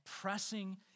pressing